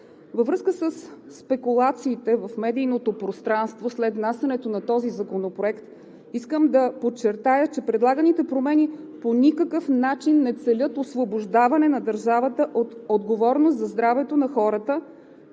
Във връзка със спекулациите в медийното пространство след внасянето на този законопроект искам да подчертая, че предлаганите промени по никакъв начин не целят освобождаване на държавата от отговорност за здравето на хората,